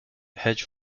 hedge